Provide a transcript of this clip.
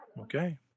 Okay